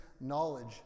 knowledge